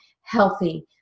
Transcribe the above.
healthy